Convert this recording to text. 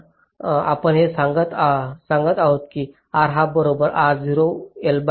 तर आपण हे सांगत आहोत की हा R बरोबर आहे